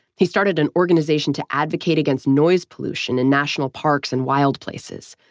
he started an organization to advocate against noise pollution in national parks and wild places.